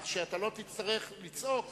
אתה לא תצטרך לצעוק